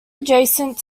adjacent